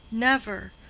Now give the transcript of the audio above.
never!